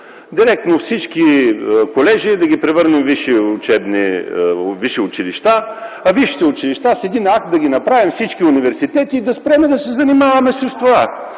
директно всички колежи да ги превърнем във висши училища, а висшите училища с един акт да ги направим университети и да спрем да се занимаваме с това.